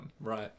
Right